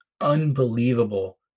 unbelievable